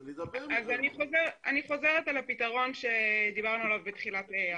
אני חוזרת על הפתרון שדיברנו עליו בתחילת השיחה.